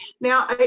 Now